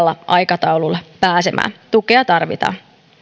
aikataululla pääsemään tukea tarvitaan